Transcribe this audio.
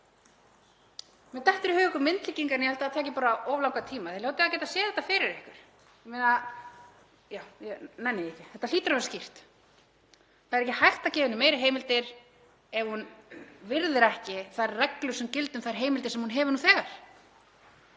Mér dettur í hug myndlíking en ég held að það taki bara of langan tíma, þið hljótið að geta séð þetta fyrir ykkur — já, ég nenni því ekki, þetta hlýtur að vera skýrt. Það er ekki hægt að gefa lögreglunni meiri heimildir ef hún virðir ekki þær reglur sem gilda um þær heimildir sem hún hefur nú þegar.